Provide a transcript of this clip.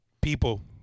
people